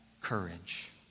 courage